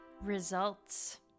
Results